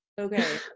Okay